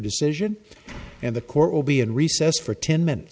decision and the court will be in recess for ten minutes